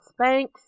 spanx